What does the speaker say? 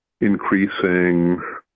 increasing